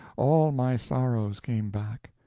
all my sorrows came back.